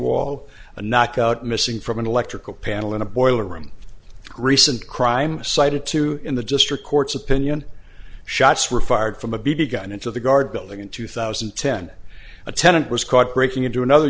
wall a knock out missing from an electrical panel in a boiler room recent crime cited two in the district court's opinion shots were fired from a big he got into the guard building in two thousand and ten a tenant was caught breaking into another